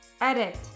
edit